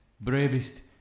bravest